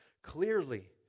Clearly